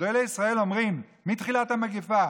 וכשגדולי ישראל אומרים מתחילת המגפה